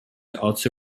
also